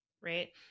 right